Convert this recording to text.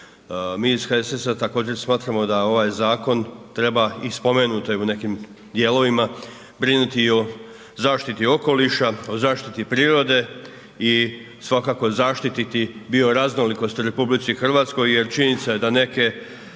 Mi iz HSS-a također smatramo da ovaj zakon treba i spomenuto je u nekim dijelovima, brinuti i o zaštiti okoliša, o zaštiti prirode i svakako zaštiti bioraznolikosti u RH jer činjenica je da neke